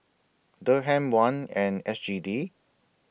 Dirham Won and S G D